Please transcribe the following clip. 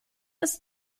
ist